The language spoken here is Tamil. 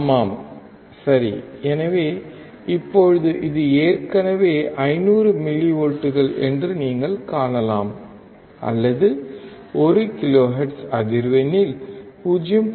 ஆமாம் சரி எனவே இப்போது இது ஏற்கனவே 500 மில்லிவோல்ட்கள் என்று நீங்கள் காணலாம் அல்லது 1 கிலோ ஹெர்ட்ஸ் அதிர்வெண்ணில் 0